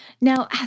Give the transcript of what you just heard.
Now